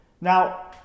now